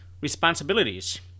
responsibilities